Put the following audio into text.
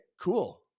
cool